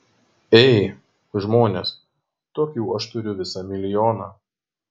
ei žmonės tokių aš turiu visą milijoną